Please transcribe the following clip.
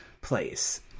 place